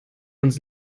uns